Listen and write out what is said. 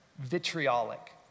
vitriolic